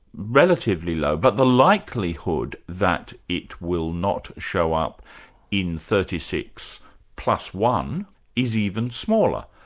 relatively low. but the likelihood that it will not show up in thirty six plus one is even smaller.